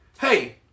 Hey